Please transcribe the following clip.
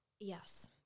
yes